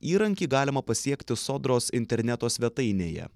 įrankį galima pasiekti sodros interneto svetainėje